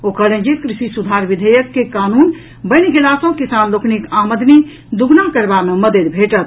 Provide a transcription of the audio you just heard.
ओ कहलनि जे कृषि सुधार विधेयक के कानून बनि गेला सँ किसान लोकनिक आमदनी दूगुना करबा मे मददि भेटत